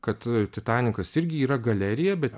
kad titanikas irgi yra galerija be